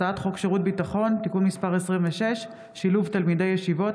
הצעת חוק שירות ביטחון (תיקון מס' 26) (שילוב תלמידי ישיבות),